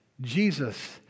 Jesus